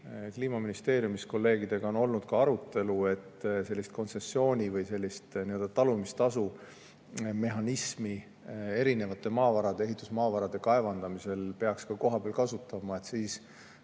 Kliimaministeeriumis on kolleegidega olnud arutelu, et sellist kontsessiooni või sellist talumistasumehhanismi erinevate ehitusmaavarade kaevandamisel peaks ka kohapeal kasutama, siis